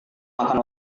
makan